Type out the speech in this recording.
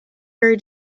very